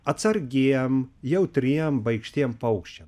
atsargiem jautriem baikštiem paukščiam